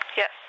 yes